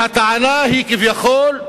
והטענה היא, כביכול,